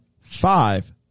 five